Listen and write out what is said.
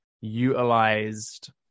utilized